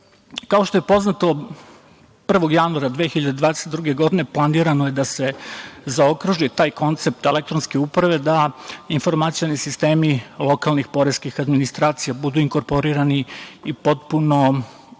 što je poznato, 1. januara 2022. godine planirano je da se zaokruži taj koncept elektronske uprave, da informacioni sistemi lokalnih poreskih administracija budu inkorporirani i potpuno udenuti